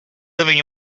living